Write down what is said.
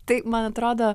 tai man atrodo